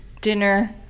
dinner